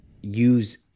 use